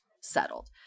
settled